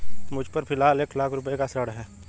मुझपर फ़िलहाल एक लाख रुपये का ऋण है